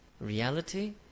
reality